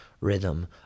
rhythm